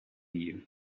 you